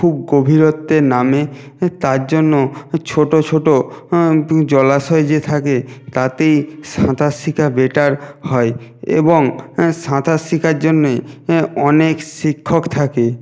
খুব গভীরত্বে নামে তারজন্য ছোটো ছোটো জলাশয় যে থাকে তাতেই সাঁতার শিখা বেটার হয় এবং সাঁতার শিখার জন্যেই অনেক শিক্ষক থাকে